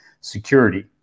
security